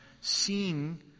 seeing